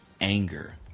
anger